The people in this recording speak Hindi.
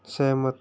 सहमत